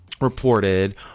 reported